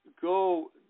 go